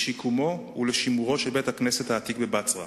מכיוון ששיקום בית-הכנסת כרוך